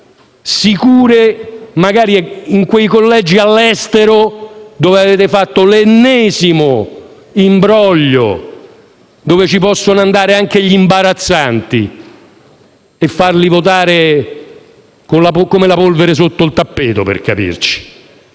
sicure magari in quei collegi all'estero dove avete fatto l'ennesimo imbroglio, dove potranno andare anche gli imbarazzanti per farli votare come quando si nasconde la polvere sotto il tappeto, per capirci.